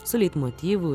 su leitmotyvu